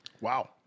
Wow